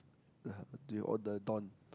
uh do you order don